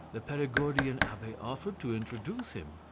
the perigordian abbe offered to introduce him.